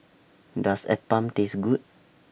Does Appam Taste Good